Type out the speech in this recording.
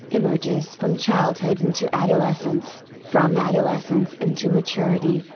emerges from childhood into adolescence, from adolescence into maturity,